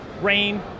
rain